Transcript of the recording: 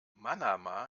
manama